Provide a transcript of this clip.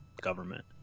government